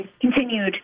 continued